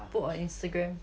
put on Instagram